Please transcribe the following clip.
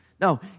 No